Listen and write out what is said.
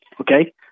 okay